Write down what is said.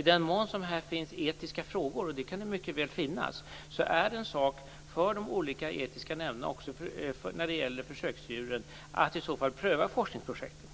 I den mån det här finns etiska frågor, och det kan det mycket väl finnas, så är det en sak för de olika etiska nämnderna - också när det gäller försöksdjuren - att i så fall pröva forskningsprojekten.